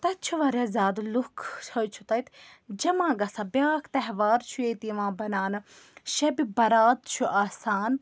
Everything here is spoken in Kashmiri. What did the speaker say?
تَتہِ چھِ واریاہ زیادٕ لوٗکھ حظ چھِ تَتہِ جمع گَژھان بیٛاکھ تہوار چھُ ییٚتہِ یِوان بَناونہٕ شبِ بَرات چھُ آسان